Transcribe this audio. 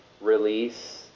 release